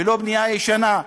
ולא בנייה ישנה.